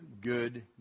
good